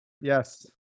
Yes